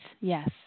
yes